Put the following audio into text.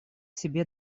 себе